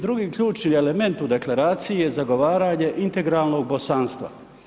Drugi ključni element u deklaraciji je zagovaranje integralnog bosanstva.